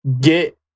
Get